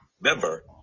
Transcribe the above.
Member